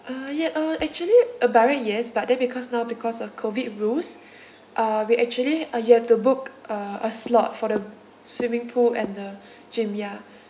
uh ya uh actually uh by right yes but then because now because of COVID rules uh we actually uh you have to book uh a slot for the swimming pool and the gym ya